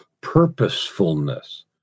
purposefulness